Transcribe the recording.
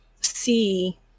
see